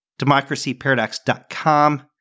democracyparadox.com